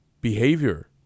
behavior